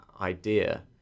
idea